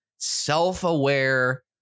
self-aware